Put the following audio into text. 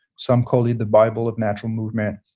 some call it the bible of natural movement,